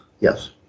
Yes